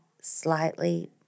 slightly